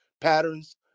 patterns